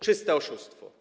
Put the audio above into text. Czyste oszustwo.